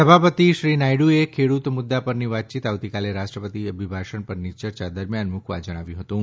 સભાપતિ શ્રી નાયડુએ ખેડૂત મુદ્દા પરની વાતચીત આવતીકાલે રાષ્ટ્રપતિ અભિભાષણ પરની ચર્ચા દરમિયાન મુકવા જણાવ્યું હતું